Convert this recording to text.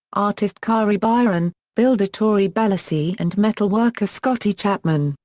artist kari byron, builder tory belleci and metal-worker scottie chapman,